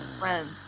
friends